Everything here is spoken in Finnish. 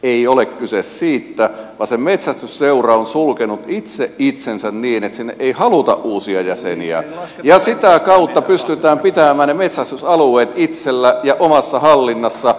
ei ole kyse siitä vaan se metsästysseura on sulkenut itse itsensä niin ettei sinne haluta uusia jäseniä ja sitä kautta pystytään pitämään ne metsästysalueet itsellä ja omassa hallinnassa